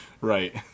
right